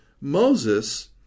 Moses